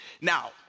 Now